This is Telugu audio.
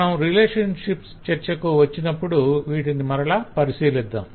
మనం రిలేషన్షిప్స్ చర్చకు వచ్చినప్పుడు వీటిని గురించి మరల పరిశీలిద్దాం